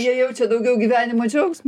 jie jaučia daugiau gyvenimo džiaugsmo